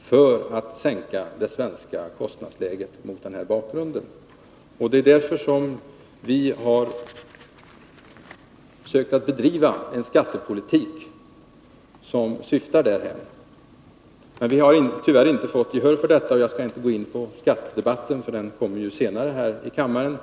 för att sänka det svenska kostnadsläget mot den här bakgrunden. Det är därför som vi har försökt bedriva en skattepolitik som syftar dithän. Vi har tyvärr inte fått gehör för detta, men jag skall inte gå in på skattedebatten, eftersom denna kommer senare här i kammaren.